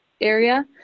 area